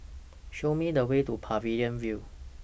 Show Me The Way to Pavilion View